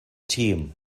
tîm